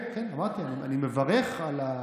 כן, כן, אמרתי שאני מברך על,